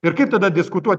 ir kaip tada diskutuot